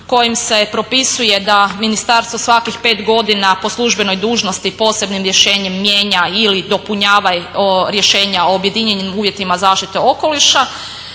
kojim se propisuje da ministarstvo svakih 5 godina po službenoj dužnosti posebnim rješenjem mijenja ili dopunjava rješenja o objedinjenim uvjetima zaštite okoliša.